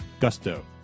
Gusto